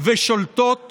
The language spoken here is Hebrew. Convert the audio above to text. ושולטות